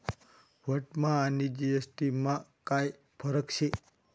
व्हॅटमा आणि जी.एस.टी मा काय फरक शे?